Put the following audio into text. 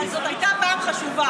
אבל זאת הייתה פעם חשובה.